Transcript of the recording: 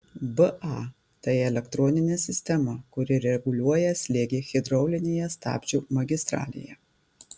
ba tai elektroninė sistema kuri reguliuoja slėgį hidraulinėje stabdžių magistralėje